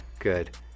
good